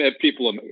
people